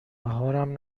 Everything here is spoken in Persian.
بهارم